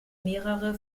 mehrere